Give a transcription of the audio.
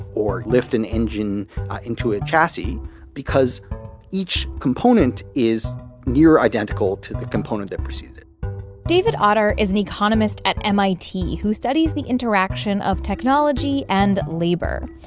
or lift an engine into a chassis because each component is near identical to the component that proceeded it david autor is an economist at mit, who studies the interaction of technology and labor.